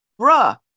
Bruh